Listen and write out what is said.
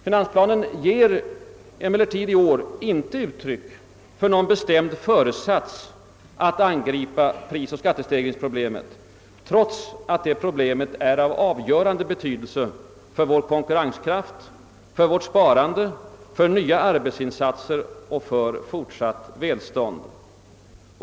Finansplanen ger emellertid i år inte uttryck för någon bestämd föresats att angripa prisoch skattestegringsproblemet, trots att det problemet är av avgörande betydelse för vår konkurrenskraft, för vårt sparande, för nya arbetsinsatser och för fortsatt välstånd.